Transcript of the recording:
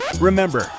remember